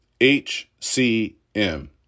HCM